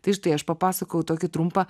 tai štai aš papasakojau tokį trumpą